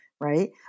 right